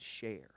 share